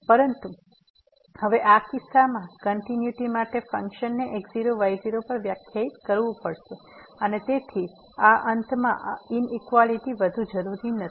પરંતુ હવે આ કિસ્સામાં કંટીન્યુટી માટે ફંક્શન ને x0y0 પર વ્યાખ્યાયિત કરવું પડશે અને તેથી આ અંતમાં આ ઇનઇક્વાલીટી વધુ જરૂરી નથી